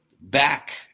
back